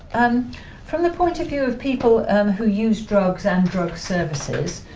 um from the point of view of people and who use drugs and drug services,